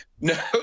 No